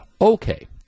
Okay